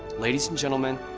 ladies and gentlemen,